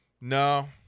No